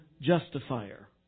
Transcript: justifier